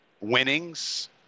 winnings